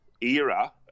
Era